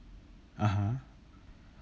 (uh huh)